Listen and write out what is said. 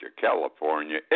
California